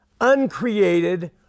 uncreated